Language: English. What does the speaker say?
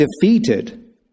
defeated